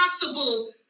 possible